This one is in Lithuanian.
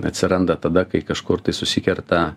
atsiranda tada kai kažkur tai susikerta